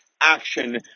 action